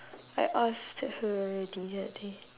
I asked her already that day